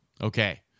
okay